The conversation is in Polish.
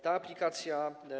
Ta aplikacja.